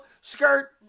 skirt